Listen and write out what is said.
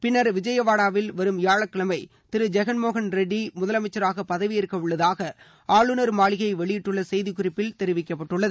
பின்னர் விஜயவாடாவில் வரும் வியாழக்கிழமை திரு ஜெகன்மோகன் ரெட்டி முதலமைச்சராக பதவியேற்கவுள்ளதாக அளுநர் மாளிகை வெளியிட்டுள்ள செய்திக்குறிப்பில் தெரிவிக்கப்பட்டுள்ளது